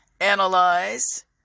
analyze